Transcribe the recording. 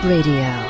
Radio